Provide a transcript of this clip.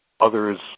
others